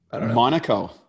Monaco